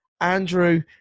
Andrew